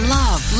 love